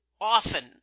often